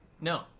no